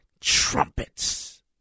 trumpets